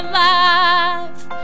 life